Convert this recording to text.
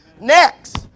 Next